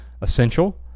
Essential